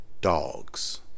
dogs